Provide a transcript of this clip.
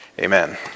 amen